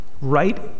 right